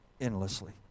endlessly